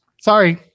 sorry